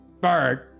bird